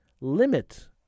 limit